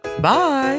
Bye